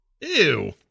Ew